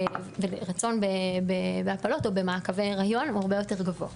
ולרצון בהפלות או במעקבי היריון הוא הרבה יותר גבוה.